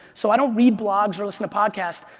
so i don't read blogs or listen to podcasts.